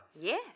Yes